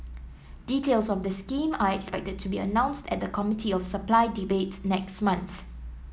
details of the scheme are expected to be announced at the Committee of Supply debate next month